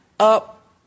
up